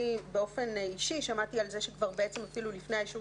אני באופן אישי שמעתי על זה שכבר לפני האישור